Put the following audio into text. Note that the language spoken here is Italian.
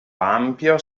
ampio